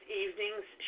evening's